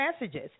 messages